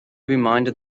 reminded